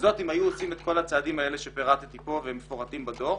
וזאת אם היו עושים את כל הצעדים האלה שפירטתי כאן והם מפורטים בדוח.